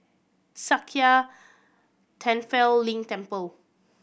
Sakya Tenphel Ling Temple